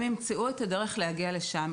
הם ימצאו את הדרך להגיע לשם.